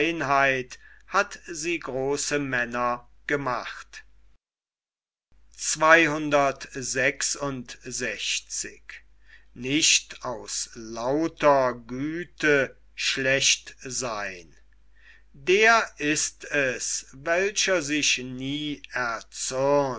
hat sie große männer gemacht der ist es welcher sich nie